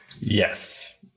yes